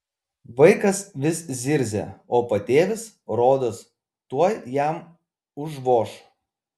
vaikas vis zirzė o patėvis rodos tuoj jam užvoš